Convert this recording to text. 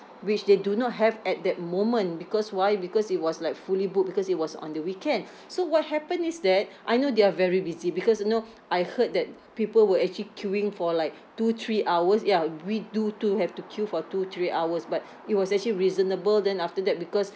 which they do not have at that moment because why because it was like fully booked because it was on the weekend so what happened is that I know they are very busy because you know I heard that people were actually queuing for like two three hours ya we do too have to queue for two three hours but it was actually reasonable then after that because